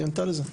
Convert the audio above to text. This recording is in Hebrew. היא ענתה לזה.